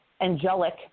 angelic